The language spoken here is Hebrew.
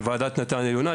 זה ועדת נט"ן עליונה.